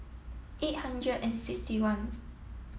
eight hundred and sixty ones